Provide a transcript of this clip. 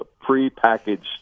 pre-packaged